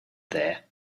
there